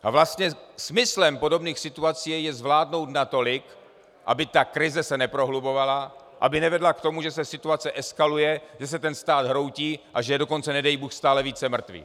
A vlastně smyslem podobných situací je zvládnout je natolik, aby se krize neprohlubovala, aby nevedla k tomu, že se situace eskaluje, že se stát hroutí a že je dokonce nedej bůh stále více mrtvých.